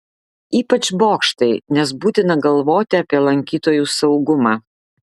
ypač bokštai nes būtina galvoti apie lankytojų saugumą